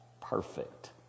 perfect